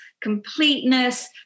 completeness